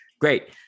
great